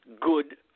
good